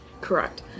Correct